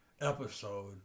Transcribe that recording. episode